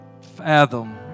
fathom